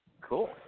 Cool